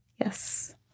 Yes